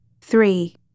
Three